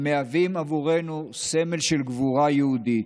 המהווים עבורנו סמל של גבורה יהודית.